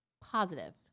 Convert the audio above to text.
positive